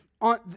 on